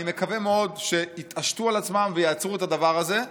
אני מקווה מאוד שיתעשתו על עצמם ויעצרו את הדבר הזה,